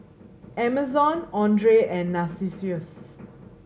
Amazon Andre and Narcissus